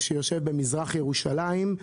שיושב במזרח ירושלים,